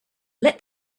let